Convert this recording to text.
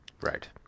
right